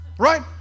Right